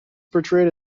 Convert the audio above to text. portrayed